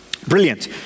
Brilliant